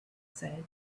said